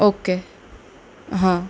okay hmm